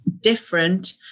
different